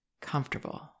comfortable